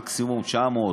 מקסימום 900,